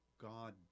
God